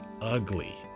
ugly